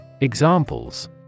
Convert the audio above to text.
Examples